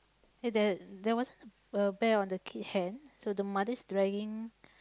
there there wasn't a a pear on the kid hand so the mother's dragging